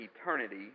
eternity